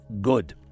Good